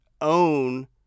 own